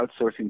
outsourcing